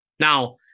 Now